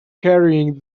carrying